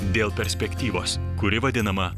dėl perspektyvos kuri vadinama